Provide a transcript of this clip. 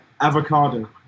avocado